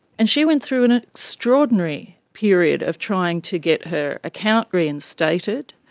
and she went through an extraordinary period of trying to get her account reinstated.